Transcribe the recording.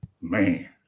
Man